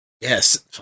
Yes